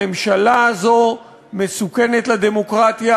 הממשלה הזאת מסוכנת לדמוקרטיה,